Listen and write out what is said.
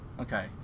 Okay